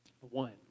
One